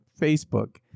Facebook